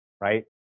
right